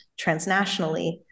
transnationally